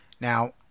Now